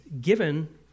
given